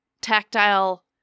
tactile